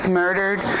murdered